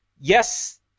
yes